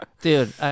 Dude